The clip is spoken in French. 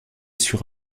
sur